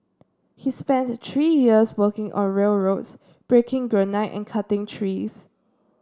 he spent the three years working on railroads breaking granite and cutting trees